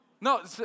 no